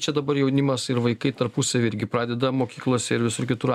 čia dabar jaunimas ir vaikai tarpusavy irgi pradeda mokyklose ir visur kitur